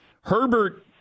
Herbert